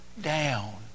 down